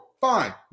fine